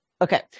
Okay